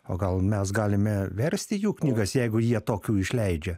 o gal mes galime versti jų knygas jeigu jie tokių išleidžia